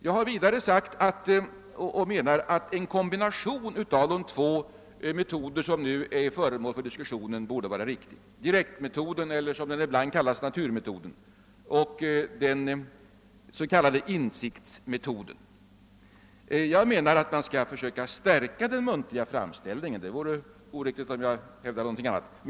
Jag har vidare sagt att en kombination av de två metoder som nu är föremål för diskussion borde vara det riktiga: direktmetoden eller — som den ibland kallas — naturmetoden och den s.k. insiktsmetoden. Jag anser att man bör försöka stärka den muntliga framställningen — det vore oriktigt att hävda någonting annat.